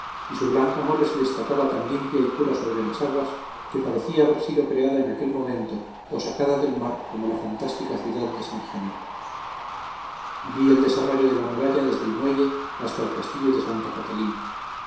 y su blanca mole se destacaba tan limpia y pura sobre las aguas que parecía haber sido creada en aquel momento o sacada del mar como la fantástica ciudad de san genaro vi el desarrollo de la muralla desde el muelle hasta el castillo de santa catalina